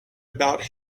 about